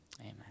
Amen